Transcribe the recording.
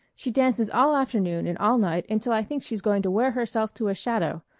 she dances all afternoon and all night, until i think she's going to wear herself to a shadow.